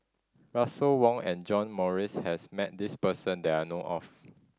Russel Wong and John Morrice has met this person that I know of